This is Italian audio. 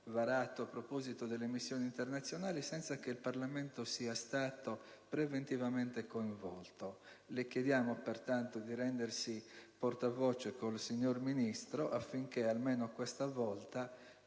decreto sulle missioni internazionali senza che il Parlamento sia stato preventivamente coinvolto. Le chiediamo pertanto di farsi portavoce nei confronti del signor Ministro, affinché almeno questa volta,